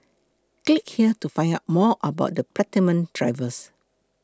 click here to find out more about the Platinum drivers